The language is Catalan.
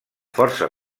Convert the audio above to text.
força